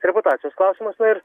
reputacijos klausimas na ir